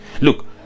look